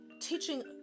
teaching